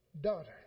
daughter